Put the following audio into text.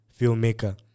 filmmaker